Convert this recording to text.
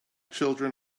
children